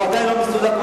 הוא עדיין לא מסולק,